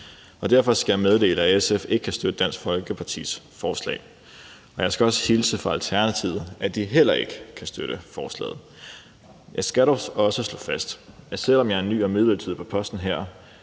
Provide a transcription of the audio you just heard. Derfor skal jeg meddele, at SF ikke kan støtte Dansk Folkepartis forslag, og jeg skal også hilse fra Alternativet og sige, at de heller ikke kan støtte forslaget. Jeg skal dog også slå fast, at jeg, selv om jeg er ny og midlertidig på posten her,